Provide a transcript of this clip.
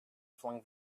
flung